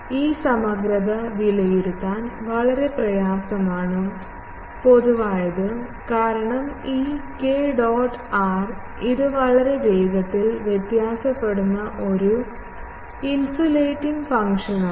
ഈ സമഗ്രത വിലയിരുത്താൻ വളരെ പ്രയാസമാണ് പൊതുവായത് കാരണം ഈ k dot r ഇത് വളരെ വേഗത്തിൽ വ്യത്യാസപ്പെടുന്ന ഒരു ഇൻസുലേറ്റിംഗ് ഫംഗ്ഷനാണ്